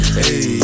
hey